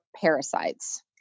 parasites